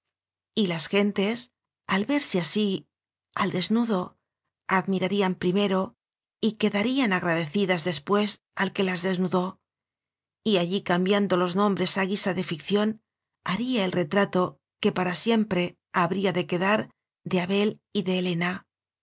las gentes al verse así al desnudo admirarían primero y quedarían agradecidas después al que las desnudó y allí cam biando los nombres a guisa de ficción haría el retrato que para siempre habría de quedar de abel y de helena